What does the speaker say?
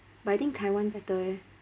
but I think taiwan better eh